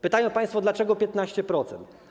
Pytają państwo, dlaczego 15%.